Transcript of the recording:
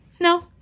no